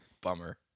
bummer